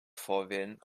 vorwählen